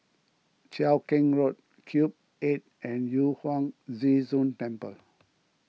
Cheow Keng Road Cube eight and Yu Huang Zhi Zun Temple